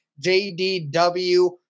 JDW